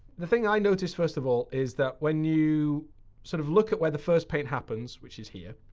the thing i notice, first of all, is that when you sort of look at where the first paint happens which is here.